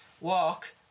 walk